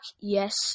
Yes